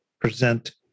present